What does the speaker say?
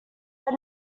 had